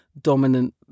dominant